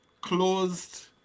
closed